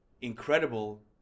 incredible